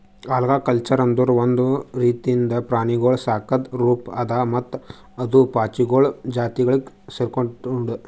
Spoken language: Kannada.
ಆಲ್ಗಾಕಲ್ಚರ್ ಅಂದುರ್ ಒಂದು ನೀರಿಂದ ಪ್ರಾಣಿಗೊಳ್ ಸಾಕದ್ ರೂಪ ಅದಾ ಮತ್ತ ಅದು ಪಾಚಿಗೊಳ್ ಜಾತಿಗ್ ಸೆರ್ಕೊಂಡುದ್